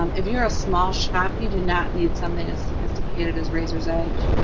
um if you're a small shop, you do not need something as sophisticated as razor's edge.